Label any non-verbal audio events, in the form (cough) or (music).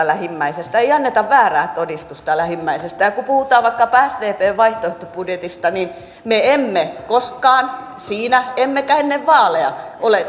(unintelligible) lähimmäisestä ei anneta väärää todistusta lähimmäisestä kun puhutaan vaikkapa sdpn vaihtoehtobudjetista niin me emme koskaan siinä emmekä ennen vaaleja ole (unintelligible)